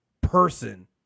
person